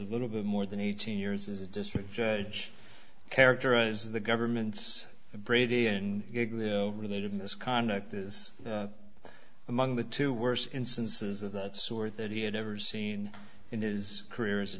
a little bit more than eighteen years as a district judge characterize the government's brady and related misconduct is among the two worst instances of that sort that he had ever seen in his career as a